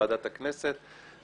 בוועדת הכנסת,